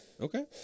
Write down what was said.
Okay